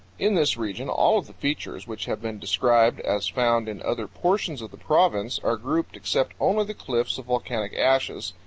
in this region all of the features which have been described as found in other portions of the province are grouped except only the cliffs of volcanic ashes,